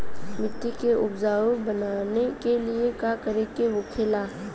मिट्टी के उपजाऊ बनाने के लिए का करके होखेला?